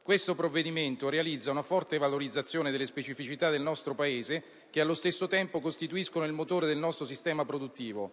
Questo provvedimento realizza una forte valorizzazione delle specificità del nostro Paese che, allo stesso tempo, costituiscono il motore del nostro sistema produttivo.